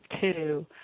two